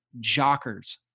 JOCKERS